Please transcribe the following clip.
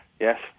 Yes